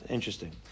Interesting